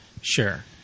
Sure